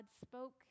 spoke